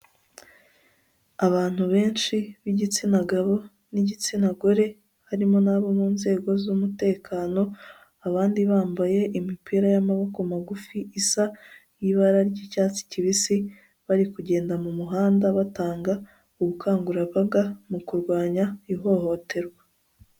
Abantu benshi b'igitsina gabo n'igitsina gore harimo n'abo mu nzego z'umutekano abandi bambaye imipira y'amaboko magufi isa nk'ibara ry'icyatsi kibisi bari kugenda mu muhanda batanga ubukangurambaga mu kurwanya ihohoterwa.